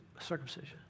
circumcision